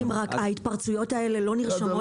חברים, רק ההתפרצויות האלה לא נרשמות